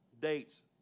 dates